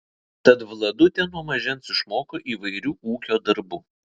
tad vladutė nuo mažens išmoko įvairių ūkio darbų